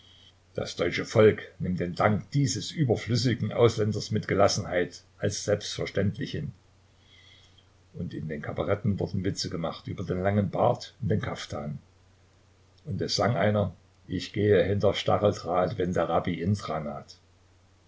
das deutsche volk nimmt den dank dieses überflüssigen ausländers mit gelassenheit als selbstverständlich hin und in den kabaretten wurden witze gemacht über den langen bart und den kaftan und es sang einer ich gehe hinter stacheldraht wenn der rabbi indra